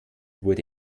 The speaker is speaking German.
wurde